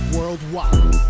Worldwide